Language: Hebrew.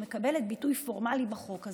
שמקבלת ביטוי פורמלי בחוק הזה,